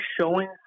showing